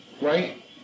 Right